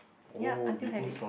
yup I still have it